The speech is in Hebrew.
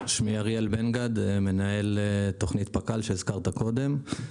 אני מנהל תכנית פק"ל שהזכרת קודם.